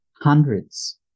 Hundreds